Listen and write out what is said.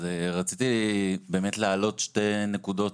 רציתי להעלות שתי נקודות,